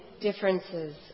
differences